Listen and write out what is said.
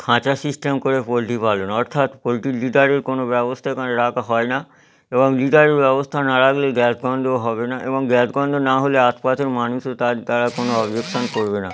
খাঁচা সিস্টেম করে পোলট্রি পালন অর্থাৎ পোলট্রির লিডারের কোনও ব্যবস্থা এখানে রাখা হয় না এবং লিডারের ব্যবস্থা না রাখলে গ্যাস গন্ধও হবে না এবং গ্যাস গন্ধ না হলে আশপাশের মানুষও তার দ্বারা কোনও অবজেকশন করবে না